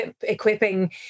equipping